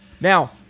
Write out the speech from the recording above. Now